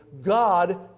God